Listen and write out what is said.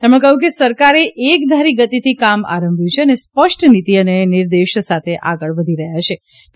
તેમણે કહ્યું કે સરકારે એકધારી ગતિથી કામ આરંભ્યું છે અને સ્પષ્ટ નીતિ અને નિર્દેશ સાથે આગળ વધી રહ્યા છીએ